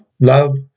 Love